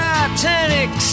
Titanic